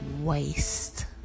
Waste